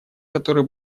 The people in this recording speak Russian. который